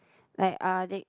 like uh they